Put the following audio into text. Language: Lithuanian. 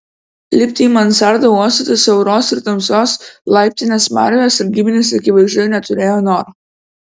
lipti į mansardą uostyti siauros ir tamsios laiptinės smarvę sargybinis akivaizdžiai neturėjo noro